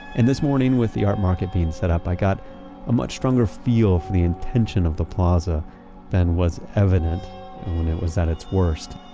and this morning with the art market being set up, i got a much stronger feel for the intention of the plaza than was evident when it was at its worst,